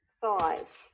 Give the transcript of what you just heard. thighs